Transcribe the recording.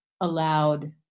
allowed